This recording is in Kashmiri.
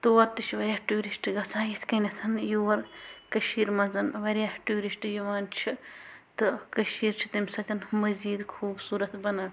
تور تہِ چھِ واریاہ ٹوٗرِشٹ گژھان یِتھ کَنٮ۪تھ یور کٔشیٖر منٛز واریاہ ٹوٗرِشٹ یِوان چھِ تہٕ کٔشیٖر چھِ تمہِ سۭتۍ مٔزیٖد خوٗبصوٗرَت بنان